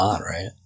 right